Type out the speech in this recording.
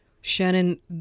Shannon